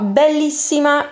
bellissima